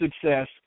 success